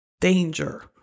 danger